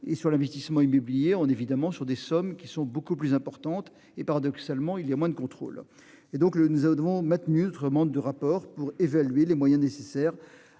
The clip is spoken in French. et sur l'investissement immobilier en évidemment sur des sommes qui sont beaucoup plus importantes et paradoxalement il y a moins de contrôles et donc le nous aiderons MatMut autrement de rapport pour évaluer les moyens nécessaires